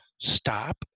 stop